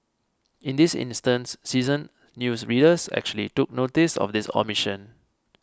in this instance seasoned news readers actually took noticed of this omission